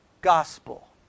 gospel